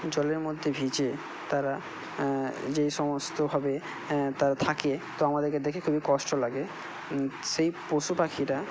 জলের মধ্যে ভিজে তারা যেই সমস্তভাবে তারা থাকে তো আমাদেরকে দেখে খুবই কষ্ট লাগে সেই পশুপাখিরা